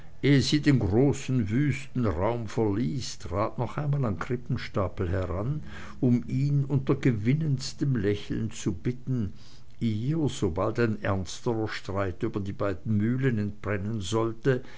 den großen wüsten raum verließ trat noch einmal an krippenstapel heran um ihn unter gewinnendstem lächeln zu bitten ihr sobald ein ernsterer streit über die beiden mühlen entbrennen sollte